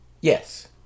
Yes